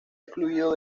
excluido